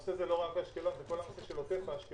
שהנושא הזה הוא לא רק אשקלון אלא גם של עוטף אשקלון,